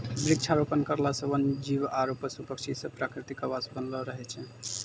वृक्षारोपण करला से वन जीब आरु पशु पक्षी रो प्रकृतिक आवास बनलो रहै छै